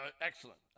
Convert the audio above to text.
excellent